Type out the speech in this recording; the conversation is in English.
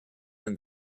than